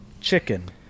chicken